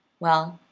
well,